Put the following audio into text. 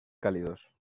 cálidos